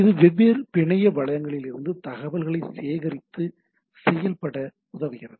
இது வெவ்வேறு பிணைய வளங்களிலிருந்து தகவல்களை சேகரித்து செயல்பட உதவுகிறது